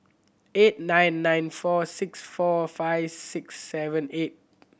eight nine nine four six four five six seven eight